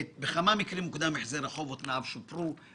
בכמה מקרים הוקדם החזר החוב או תנאיו שופרו,